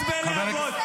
-- חוצבי להבות.